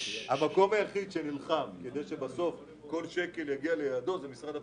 המקום היחיד שנלחם כדי שבסוף כל שקל יגיע ליעדו זה משרד הפנים.